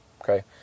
okay